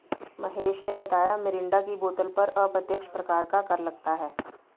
महेश ने बताया मिरिंडा की बोतल पर अप्रत्यक्ष प्रकार का कर लगता है